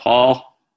Paul